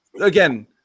Again